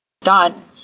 done